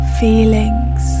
feelings